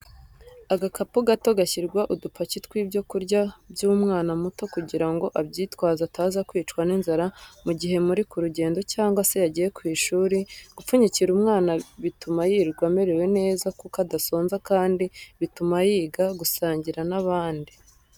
Agakapu gato gashyirwa udupaki tw'ibyo kurya by'umwana muto kugira ngo abyitwaze ataza kwicwa n'inzara mu gihe muri ku rugendo cyangwa se yagiye ku ishuri, gupfunyikira umwana bituma yirirwa amerewe neza kuko adasonza kandi bituma yiga gusangira n'abandi.